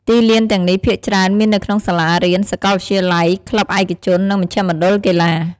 ទីលានទាំងនេះភាគច្រើនមាននៅក្នុងសាលារៀន សាកលវិទ្យាល័យ ក្លឹបឯកជន និងមជ្ឈមណ្ឌលកីឡា។